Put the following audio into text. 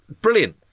brilliant